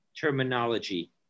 terminology